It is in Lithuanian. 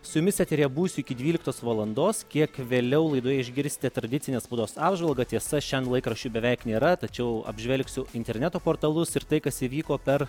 su jumis eteryje būsiu iki dvyliktos valandos kiek vėliau laidoje išgirsite tradicinės spaudos apžvalgą tiesa šian laikraščių beveik nėra tačiau apžvelgsiu interneto portalus ir tai kas įvyko per